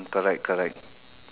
correct correct